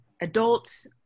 adults